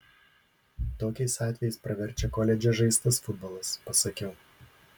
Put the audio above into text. tokiais atvejais praverčia koledže žaistas futbolas pasakiau